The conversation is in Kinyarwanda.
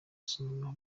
sinema